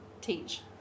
teach